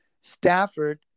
Stafford